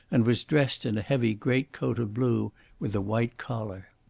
and was dressed in a heavy great-coat of blue with a white collar.